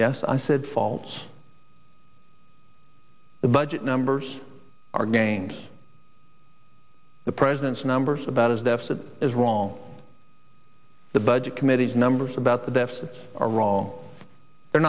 yes i said faults the budget numbers are games the president's numbers about his deficit is wrong the budget committees numbers about the deficits are wrong they're